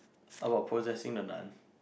about possessing the nun